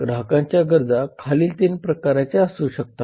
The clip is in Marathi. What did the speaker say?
ग्राहकांच्या गरजा खालील 3 प्रकारच्या असू शकतात